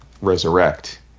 resurrect